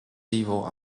people